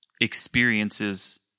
experiences